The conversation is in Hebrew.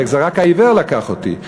זה רק העיוור לקח אותי.